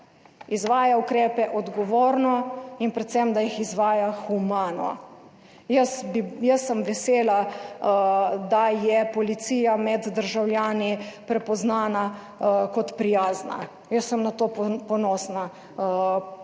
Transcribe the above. izvaja ukrepe odgovorno in predvsem, da jih izvaja humano. Jaz sem vesela, da je policija med državljani prepoznana kot prijazna. Jaz sem na to ponosna.